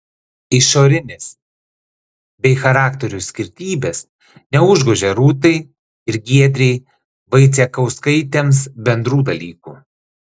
išorinės bei charakterių skirtybės neužgožia rūtai ir giedrei vaicekauskaitėms bendrų dalykų